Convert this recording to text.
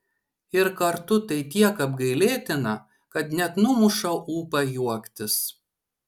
ir kartu tai tiek apgailėtina kad net numuša ūpą juoktis